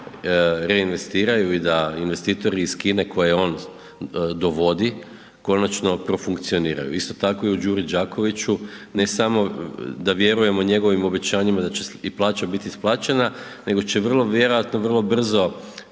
reinvestiraju i da investitori iz Kine koje on dovodi konačno profunkcioniraju. Isto tako i u Đuri Đakoviću, ne samo da vjerujemo njegovim obećanjima da će i plaća isplaćena nego će vrlo vjerojatno, vrlo brzo